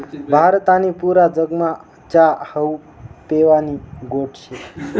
भारत आणि पुरा जगमा च्या हावू पेवानी गोट शे